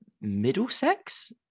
Middlesex